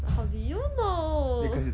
how do you know